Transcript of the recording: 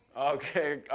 okay,